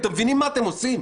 אתם מבינים מה אתם עושים?